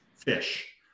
fish